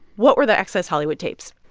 what were the access hollywood tapes?